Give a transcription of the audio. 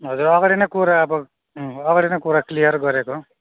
हजुर अगाडि नै कुरा अब अँ अगाडि नै कुरा क्लियर गरेको